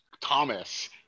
Thomas